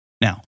Now